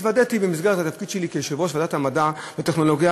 התוודעתי במסגרת התפקיד שלי כיושב-ראש ועדת המדע והטכנולוגיה